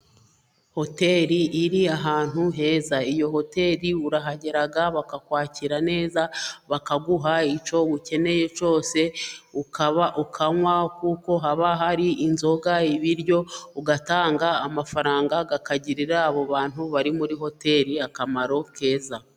Hotel iri ahantu heza, iyo hoteri urahagera bakakwakira neza bakaguha icyo ukeneye cyose, ukanywa kuko haba hari inzoga, ibiryo ugatanga amafaranga akagirira abo bantu bari muri hoteli akamaro keza.